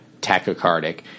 tachycardic